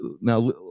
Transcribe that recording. now